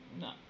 No